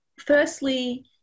firstly